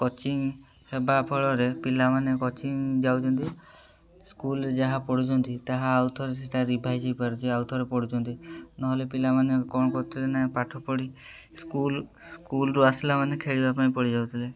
coaching ହେବା ଫଳରେ ପିଲାମାନେ କୋଚିଂ ଯାଉଛନ୍ତି ସ୍କୁଲ୍ରେ ଯାହା ପଢ଼ୁଛନ୍ତି ତାହା ଆଉଥରେ ସେଟା ରିଭାଇଜ୍ ହେଇପାରୁଛି ଆଉଥରେ ପଢ଼ୁଛନ୍ତି ନହେଲେ ପିଲାମାନେ କ'ଣ କରୁଥିଲେ ନାହିଁ ପାଠପଢ଼ି ସ୍କୁଲ୍ ସ୍କୁଲ୍ରୁ ଆସିଲା ମାନେ ଖେଳିବା ପାଇଁ ପଳେଇ ଯାଉଥିଲେ